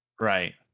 Right